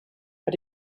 how